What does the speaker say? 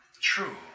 True